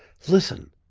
listen!